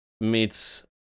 meets